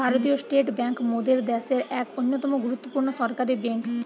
ভারতীয় state bank মোদের দ্যাশের এক অন্যতম গুরুত্বপূর্ণ সরকারি বেঙ্ক